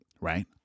right